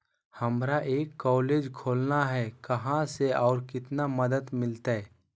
हमरा एक कॉलेज खोलना है, कहा से और कितना मदद मिलतैय?